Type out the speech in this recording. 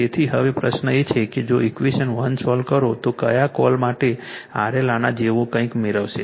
તેથી હવે પ્રશ્ન એ છે કે જો ઇક્વેશન 1 સોલ્વ કરો તો કયા કૉલ માટે RL આના જેવું કંઈક મેળવશે